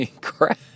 crap